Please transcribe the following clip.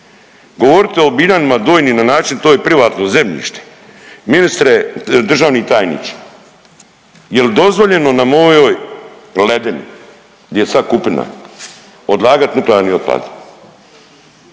Govoriti o Biljanima Donjim na način to je privatno zemljište, ministre, državni tajniče jel dozvoljeno na mojoj ledini gdje je sad kupina odlagat nuklearni otpad?